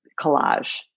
collage